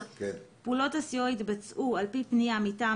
6.פעולות הסיוע יתבצעו על-פי פנייה מטעם